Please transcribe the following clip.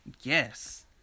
yes